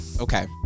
Okay